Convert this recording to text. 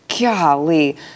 Golly